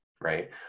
right